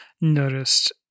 noticed